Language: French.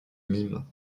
mime